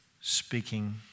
speaking